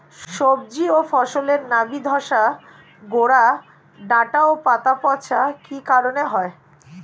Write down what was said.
সবজি ও ফসলে নাবি ধসা গোরা ডাঁটা ও পাতা পচা কি কারণে হয়?